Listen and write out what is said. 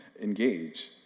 engage